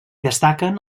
destaquen